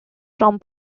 from